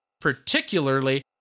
particularly